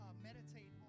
meditate